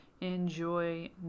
enjoy